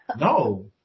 No